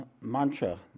mantra